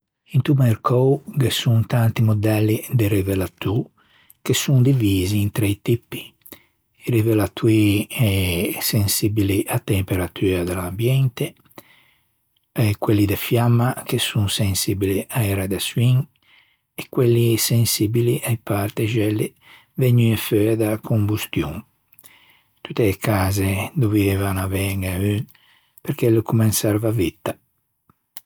Into mercou ghe son tanti modelli de regolatô che son divisi in trei tipi: i revelatoî sensibili a-a temperatua de l'ambiente, quelli de fiamma che son sensibili a-e radiaçioin e quelli sensibili a-e partixelle vegnue feua da-a combustion. Tutte e case dovieivan aveine un perché o l'é comme un salvavitta.